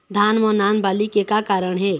धान म नान बाली के का कारण हे?